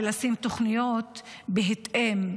וגם להכין תוכניות בהתאם,